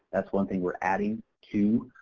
that's one thing we're adding to